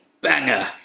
Banger